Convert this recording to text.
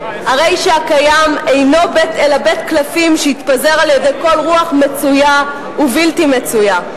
הרי שהקיים אינו אלא בית קלפים שיתפזר על-ידי כל רוח מצויה ובלתי מצויה.